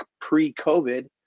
pre-COVID